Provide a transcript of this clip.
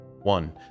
one